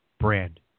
brand